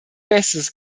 bestes